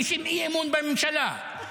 מגישים אי-אמון בממשלה.